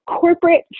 corporate